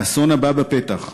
האסון הבא בפתח,